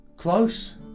Close